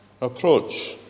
approach